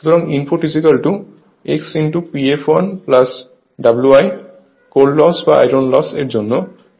সুতরাং input x P fl Wiকোর loss বা আয়রন লস X2Wc